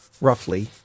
roughly